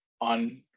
on